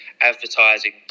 advertising